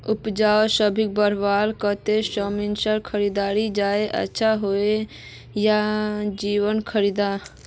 उपजाऊ शक्ति बढ़वार केते रासायनिक खाद ज्यादा अच्छा होचे या जैविक खाद?